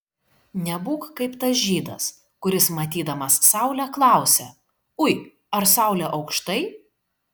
nebūk kaip tas žydas kuris matydamas saulę klausia ui ar saulė aukštai